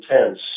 intense